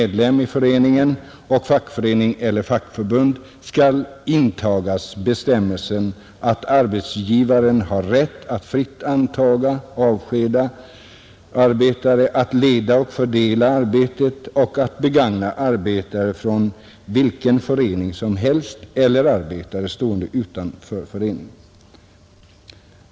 föreningen och fackförening eller fackförbund, skall intagas bestämmelse att arbetsgivaren har rätt att fritt antaga och avskeda arbetare, att leda och fördela arbetet och att begagna arbetare från vilken förening som helst, eller arbetare, stående utanför förening.